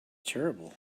terrible